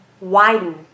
widen